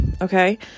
okay